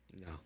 No